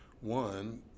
One